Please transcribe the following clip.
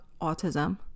autism